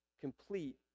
complete